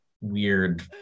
weird